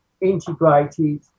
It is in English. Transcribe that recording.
integrated